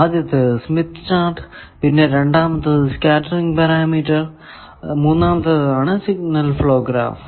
ആദ്യത്തേത് Smith chart പിന്നെ രണ്ടാമത്തേത് സ്കേറ്ററിങ് പാരാമീറ്റർ മൂന്നാമത്തേതാണ് സിഗ്നൽ ഫ്ലോ ഗ്രാഫ്